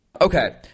Okay